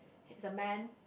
he is a man